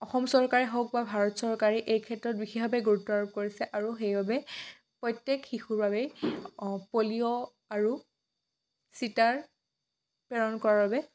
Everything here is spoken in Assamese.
অসম চৰকাৰেই হওঁক বা ভাৰত চৰকাৰে এই ক্ষেত্ৰত বিশেষভাৱে গুৰুত্ব আৰোপ কৰিছে আৰু সেইবাবে প্ৰত্যেক শিশুৰ বাবেই পলিঅ' আৰু চিটাৰ প্ৰেৰণ কৰাৰ বাবে